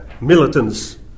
militants